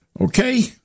Okay